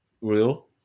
real